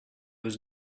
was